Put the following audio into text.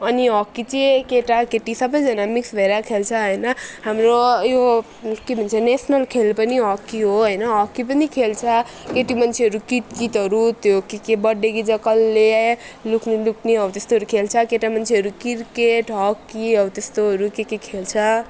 अनि हकी चाहिँ केटा केटी सबैजना मिक्स भएर खेल्छ होइन हाम्रो यो के भन्छ नेसनल खेल पनि हकी हो होइन हकी पनि खेल्छ केटी मान्छेहरू कितकितहरू त्यो के के बर्थडे जित्छ कसले लुक्ने लुक्ने हो त्यस्तोहरू खेल्छ केटा मान्छेहरू क्रिकेट हकीहरू हो त्यस्तोहरू के के खेल्छ